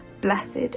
blessed